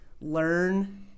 learn